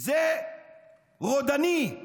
זה רודני.